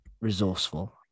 resourceful